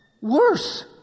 worse